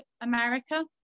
America